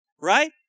Right